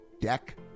deck